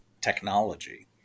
technology